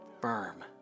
firm